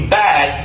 bad